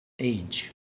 age